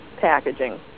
packaging